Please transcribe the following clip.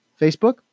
Facebook